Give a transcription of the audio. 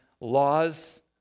laws